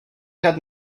had